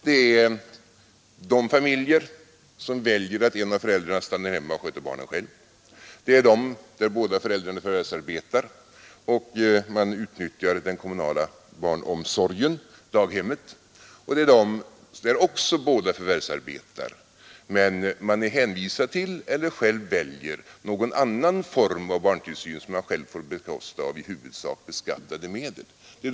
Det är de familjer som väljer att en av föräldrarna stannar hemma och själv sköter barnen, det är de där båda föräldrarna förvärvsarbetar och utnyttjar den kommunala barnomsorgen, daghemmet, och det är de familjer där också båda förvärvsarbetar men är hänvisade till eller själva väljer någon annan form av barntillsyn som man själv får bekosta av i huvudsak beskattade medel.